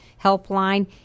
helpline